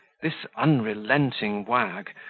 this unrelenting wag,